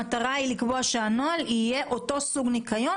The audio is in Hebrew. המטרה היא לקבוע שהנוהל יהיה אותו סוג ניקיון,